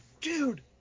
dude